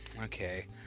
Okay